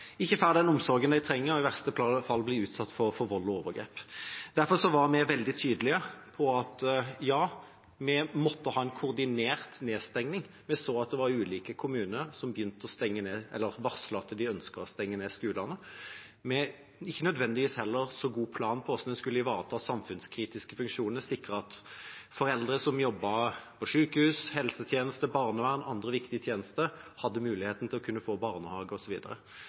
ikke får den omsorgen de trenger, og i verste fall blir utsatt for vold og overgrep? Derfor var vi veldig tydelige på at, ja, vi måtte ha en koordinert nedstengning. Vi så at det var ulike kommuner som begynte å stenge ned eller varslet at de ønsket å stenge ned skolene, ikke nødvendigvis med en så god plan for hvordan de skulle ivareta samfunnskritiske funksjoner, sikre at foreldre som jobbet på sykehus, i helsetjenesten, barnevern og andre viktige tjenester, hadde muligheten til å kunne få barnehage